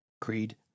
Creed